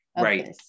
right